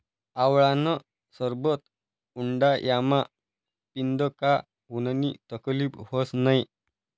आवळानं सरबत उंडायामा पीदं का उननी तकलीब व्हस नै